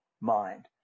mind